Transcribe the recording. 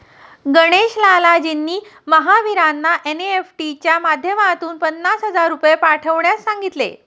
गणेश लालजींनी महावीरांना एन.ई.एफ.टी च्या माध्यमातून पन्नास हजार रुपये पाठवण्यास सांगितले